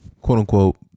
quote-unquote